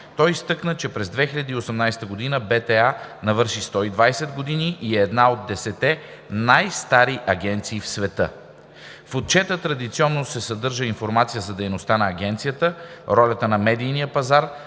Той изтъкна, че през 2018 г. БТА навърши 120 години и е една от десетте най-стари агенции в света. В Отчета традиционно се съдържа информация за дейността на Агенцията, ролята на медийния пазар,